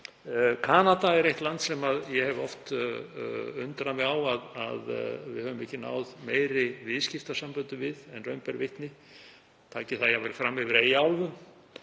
Kanada er land sem ég hef oft undrað mig á að við höfum ekki náð meiri viðskiptasamböndum við en raun ber vitni, ég tæki það jafnvel fram yfir Eyjaálfu.